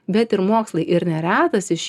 bet ir mokslai ir neretas iš